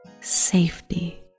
safety